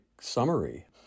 summary